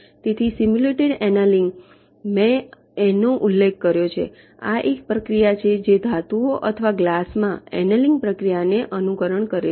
તેથી simulated annealing મેં આનો ઉલ્લેખ કર્યો કે આ એક પ્રક્રિયા છે જે ધાતુઓ અથવા ગ્લાસમાં એનેલિંગ પ્રક્રિયાને અનુકરણ કરે છે